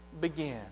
begin